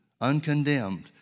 uncondemned